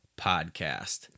podcast